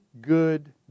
good